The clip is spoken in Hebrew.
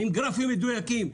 עם גרפים מדויקים.